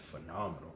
phenomenal